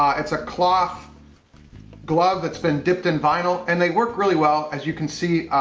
it's a cloth glove that's been dipped in vinyl and they work really well. as you can see,